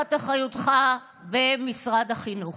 תחת אחריותך במשרד החינוך.